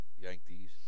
Yankees